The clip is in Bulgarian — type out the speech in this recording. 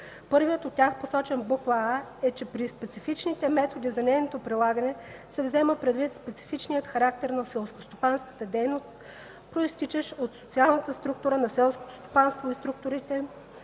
Първият от тях, посочен в буква „а”, е, че при „специфичните методи за нейното прилагане се взема предвид специфичният характер на селскостопанската дейност, произтичащ от социалната структура на селското стопанство и от структурните